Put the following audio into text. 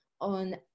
on